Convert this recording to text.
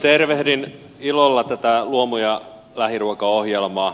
tervehdin ilolla tätä luomu ja lähiruokaohjelmaa